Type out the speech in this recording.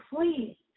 please